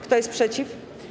Kto jest przeciw?